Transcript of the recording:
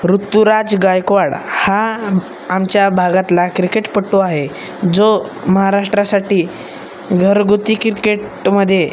ऋतुराज गायकवाड हा आमच्या भागातला क्रिकेटपटू आहे जो महाराष्ट्रासाठी घरगुती क्रिकेटमध्ये